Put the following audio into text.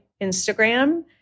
Instagram